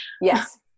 Yes